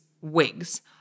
wigs